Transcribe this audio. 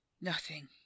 Nothing